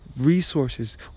Resources